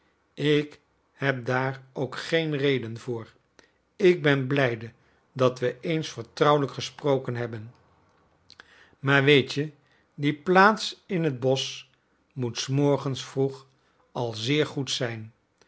ik heb daar ook geen reden voor ik ben blijde dat we eens vertrouwelijk gesproken hebben maar weet je die plaats in het bosch moet s morgens vroeg al zeer goed zijn